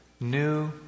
new